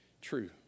true